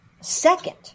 second